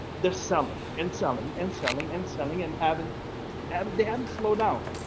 there's some and selling and selling and selling and having um them slow down.